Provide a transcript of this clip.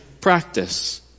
practice